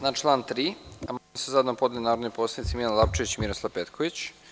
Na član 3. amandman su zajedno podneli narodni poslanici Milan Lapčević i Miroslav Petković.